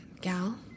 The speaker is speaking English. Gal